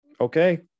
okay